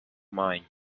mind